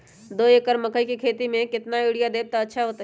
दो एकड़ मकई के खेती म केतना यूरिया देब त अच्छा होतई?